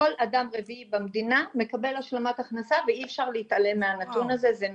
כל אדם רביעי במדינה מקבל השלמת הכנסה ואי אפשר להתעלם מהנתון הזה.